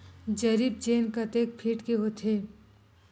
जरीब चेन कतेक फीट के होथे?